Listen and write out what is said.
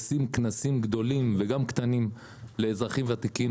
עושים כנסים גדולים וגם קטנים לאזרחים ותיקים.